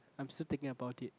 I'm still thinking about it